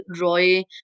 Roy